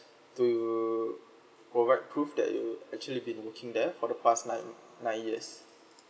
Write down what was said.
to provide proof that you actually been working there for the past nine nine years